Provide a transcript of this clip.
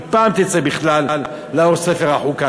אם פעם יצא ספר חוקה,